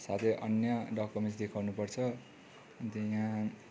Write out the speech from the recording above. साथै अन्य डक्युमेन्ट्स देखाउनुपर्छ अन्त यहाँ